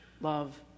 Love